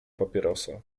papierosa